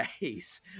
days